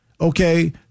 okay